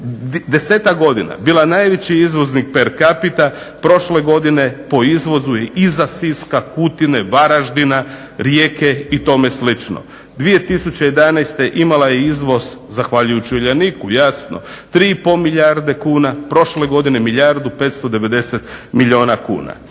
desetak godina bila najveći izvoznik per capita prošle godine po izvozu je iza Siska, Kutine, Varaždina, Rijeke i tome slično. 2011. je imala izvoz zahvaljujući Uljaniku jasno 3 i pol milijarde kuna, prošle godine milijardu 590 milijuna kuna.